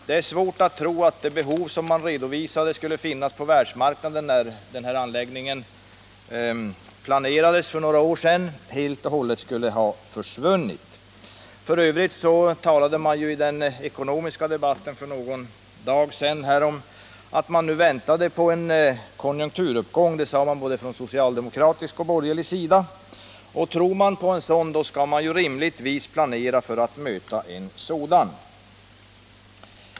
Det är svårt att tro att det behov som man uppgav skulle finnas på världsmarknaden, när den här anläggningen planerades för några år sedan, helt och hållet skulle ha försvunnit. I den ekonomiska debatten för någon dag sedan talade man f. ö. om att man nu väntade på en konjunkturuppgång; det sade man både på socialdemokratisk och på borgerlig sida. Tror man på en sådan, skall man rimligtvis planera för att möta den.